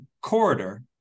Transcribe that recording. corridor